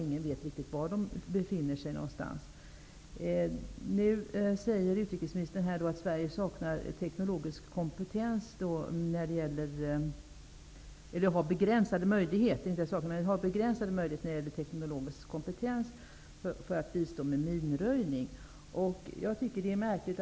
Ingen vet riktigt var de befinner sig. Utrikesministern säger att Sverige har begränsade möjligheter i fråga om teknologisk kompetens att bistå med minröjning. Jag tycker att det är märkligt.